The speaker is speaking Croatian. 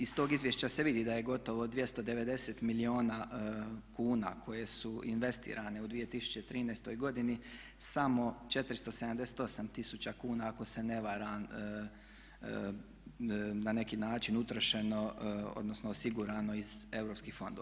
Iz tog izvješća se vidi da je gotovo 290 milijuna kuna koje su investirane u 2013. godini samo 478 tisuća kuna ako se ne varam na neki način utrošeno odnosno osigurano iz europskih fondova.